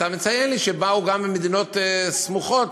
אתה מציין לי שבאו גם ממדינות סמוכות,